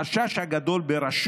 החשש הגדול ברשות